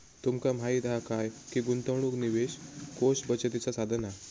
तुमका माहीत हा काय की गुंतवणूक निवेश कोष बचतीचा साधन हा